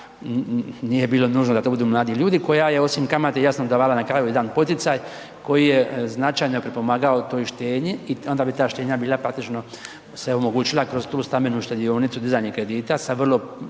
nije bilo nužno da to budu mladi ljudi, koja je osim kamata, jasno davala na kraju jedan poticaj, koji je značajno potpomagao u toj štednji i onda bi ta štednja bila, praktično se omogućila kroz tu stambenu štedionicu, dizanja kredita sa vrlo